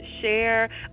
Share